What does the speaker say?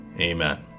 Amen